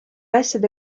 asjade